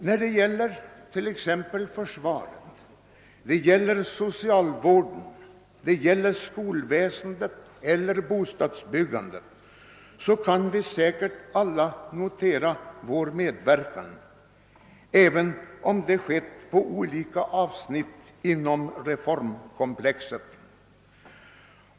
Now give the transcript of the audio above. Då det gäller försvar, socialvård, skolväsende och bostadsbyggande kan vi säkerligen alla notera vår medverkan, även om denna lämnats på olika avsnitt inom reformkomplexet.